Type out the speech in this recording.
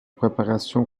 préparation